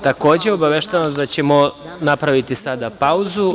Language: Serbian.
Takođe, obaveštavam vas da ćemo napraviti pauzu.